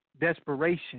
desperation